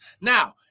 Now